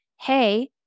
hey